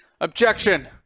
Objection